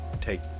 take